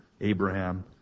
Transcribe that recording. Abraham